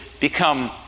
become